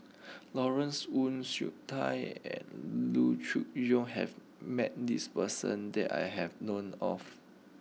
Lawrence Wong Shyun Tsai and Loo Choon Yong has met this person that I have known of